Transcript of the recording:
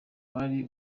hari